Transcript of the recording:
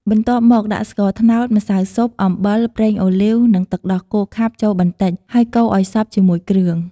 បន្ទាប់មកដាក់ស្ករត្តោត ម្សៅស៊ុប អំបិល ប្រេងអូលីវ និងទឹកដោះគោខាប់ចូលបន្តិច ហើយកូរឱ្យសព្វជាមួយគ្រឿង។